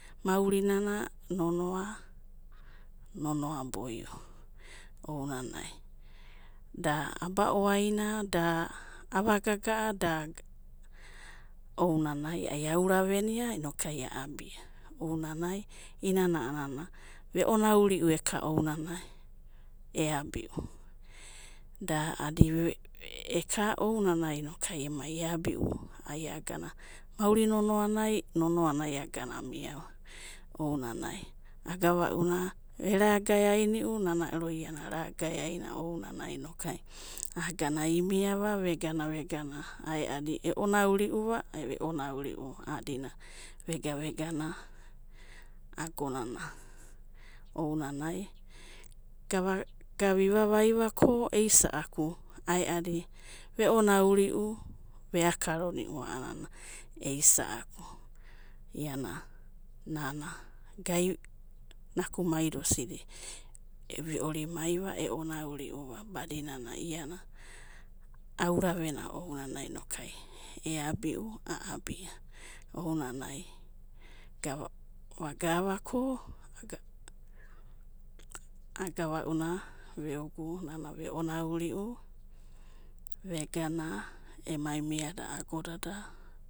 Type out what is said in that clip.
Maurina nonoa, nonoa boi'o, ounanai, da aba oura, da ava gaga'a, da ounanai ai oura venia inokuai a'abia, ounanai i'inana veorau riu eka ounanai eabiu. Da adi eka ounanai, eka emai eabiu i agana mauri nanoanai ai agana amiava ounanai, agava'una eragaeainiu unanai ana ero aragai'ainia ounana gana iniava egana egana aeadi eonau'iuva a'anana veonauriu a'adina vega vegana, agonana ounana gava ivavai vako eisa'aku aeadi ve onauriu, ve akaraniu a'anana eisa'aku aeadi ve onauriu, ve akaraniu a'anana eisa'aku. iana. nana. gai. nakumaida osida eviorimaiva, eviorimaiva, e'onau'rimaiva badinana ana aura venia ounana. Eabi'u, a'abia ounanai, gavagava ko agavauna veogu veonauriu vegana emai miada agodada.